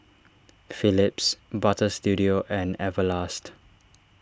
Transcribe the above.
Phillips Butter Studio and Everlast